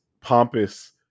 pompous